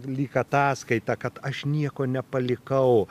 lyg ataskaitą kad aš nieko nepalikau